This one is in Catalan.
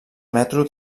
metro